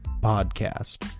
podcast